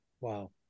Wow